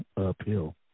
uphill